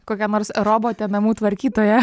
kokia nors robotė namų tvarkytoja